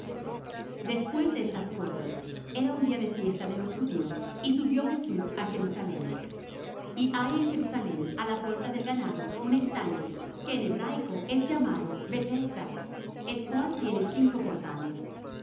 después de estas cosas era un día de fiesta de los judíos y subió jesús á jerusalem y hay en jerusalem á la puerta del ganado un estanque que en hebraico es llamado bethesda el cual tiene cinco portales